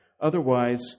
Otherwise